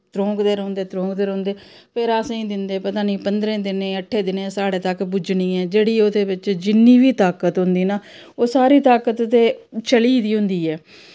त्रोंकदे रौंह्दे त्रोंकदे रौंह्दे फेर असें गी दिंदे पता निं पंदरें दिनें अट्ठें दिनें साढ़े तक पुज्जनी न जेह्ड़ी ओह्दे बिच्च जिन्नी बी ताकत होंदी ना ओह् सारी ताकत ते चली गेदी होंदी ऐ